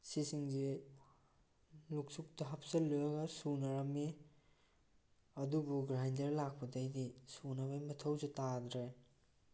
ꯁꯤꯁꯤꯡꯁꯦ ꯅꯨꯛꯁꯨꯛꯇ ꯍꯥꯞꯆꯤꯜꯂꯒ ꯁꯨꯅꯔꯝꯃꯤ ꯑꯗꯨꯕꯨ ꯒ꯭ꯔꯥꯏꯟꯗꯔ ꯂꯥꯛꯄꯗꯒꯤꯗꯤ ꯁꯨꯅꯕꯒꯤ ꯃꯊꯧꯁꯨ ꯇꯥꯗ꯭ꯔꯦ